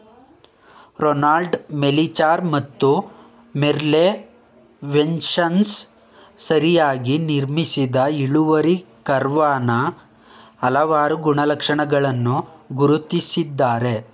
Ronald Melichar ಮತ್ತು Merle Welshons ಸರಿಯಾಗಿ ನಿರ್ಮಿಸಿದ ಇಳುವರಿ ಕರ್ವಾನ ಹಲವಾರು ಗುಣಲಕ್ಷಣಗಳನ್ನ ಗುರ್ತಿಸಿದ್ದಾರೆ